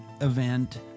event